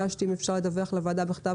אני לא צריכה את המידע הזה אצלי.